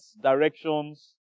directions